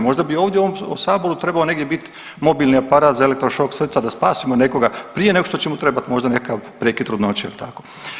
Možda bi ovdje u ovom saboru trebao negdje bit mobilni aparat za elektro šok srca da spasimo nekoga prije nego što će mu trebat možda nekakav prekid trudnoće ili tako.